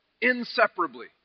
inseparably